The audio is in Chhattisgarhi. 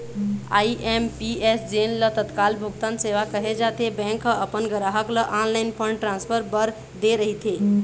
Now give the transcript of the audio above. आई.एम.पी.एस जेन ल तत्काल भुगतान सेवा कहे जाथे, बैंक ह अपन गराहक ल ऑनलाईन फंड ट्रांसफर बर दे रहिथे